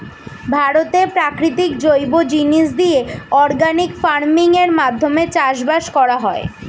ভারতে প্রাকৃতিক জৈব জিনিস দিয়ে অর্গানিক ফার্মিং এর মাধ্যমে চাষবাস করা হয়